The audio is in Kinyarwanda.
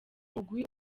mugwi